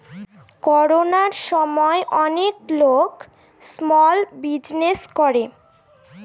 করোনার সময় অনেক লোক স্মল বিজনেস করে